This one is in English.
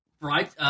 right